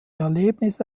erlebnisse